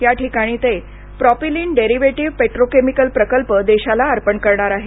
याठिकाणी ते propylene derivative petrochemical प्रकल्प देशाला अर्पण करणार आहेत